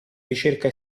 ricerca